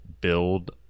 build